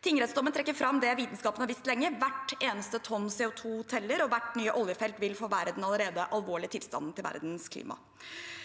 Tingrettsdommen trekker fram det vitenskapen har visst lenge: Hvert eneste tonn CO2 teller, og hvert nye oljefelt vil forverre den allerede alvorlige tilstanden til verdens klima.